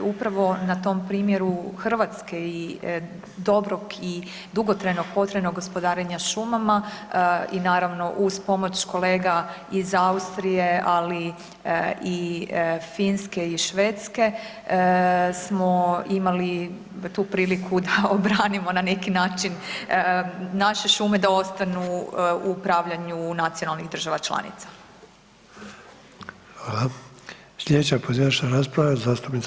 Upravo na tom primjeru Hrvatske dobrog i dugotrajnog potrebnog gospodarenja šumama i naravno uz pomoć kolega iz Austrije, ali i Finske i Švedske smo imali tu priliku da obranimo na neki način naše šume da ostanu u upravljanju nacionalnih država članica.